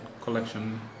Collection